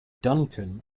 duncan